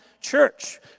church